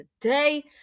today